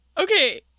Okay